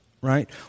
right